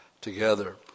together